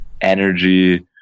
energy